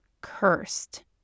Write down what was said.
Cursed